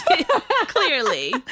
Clearly